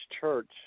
church